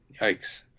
Yikes